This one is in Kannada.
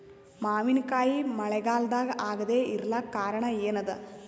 ಮಾವಿನಕಾಯಿ ಮಳಿಗಾಲದಾಗ ಆಗದೆ ಇರಲಾಕ ಕಾರಣ ಏನದ?